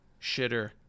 Shitter